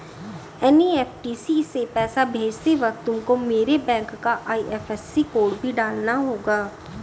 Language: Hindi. एन.ई.एफ.टी से पैसा भेजते वक्त तुमको मेरे बैंक का आई.एफ.एस.सी कोड भी डालना होगा